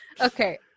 Okay